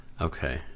Okay